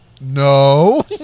no